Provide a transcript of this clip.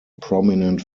prominent